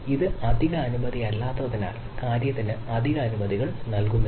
ഇത് അധിക അനുമതിയില്ലാത്തതിനാൽ കാര്യത്തിന് അധിക അനുമതികൾ നൽകുന്നില്ല